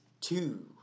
Two